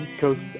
Coast